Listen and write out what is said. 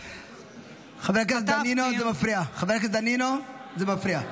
-- חבר הכנסת דנינו, זה מפריע.